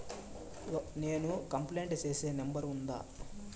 నేను కంప్లైంట్ సేసేకి నెంబర్ ఉందా?